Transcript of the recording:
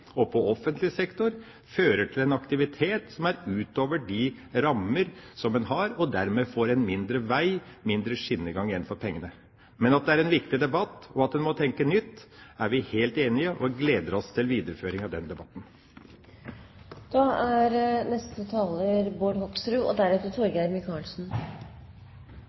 og på offentlig sektor, fører til en aktivitet som er utover de rammer som en har, og dermed får en mindre vei og mindre skinnegang igjen for pengene. Men at det er en viktig debatt, og at en må tenke nytt, er vi helt enig i, og vi gleder oss til videreføringa av den